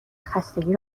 خستگی